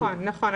נכון.